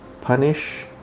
punish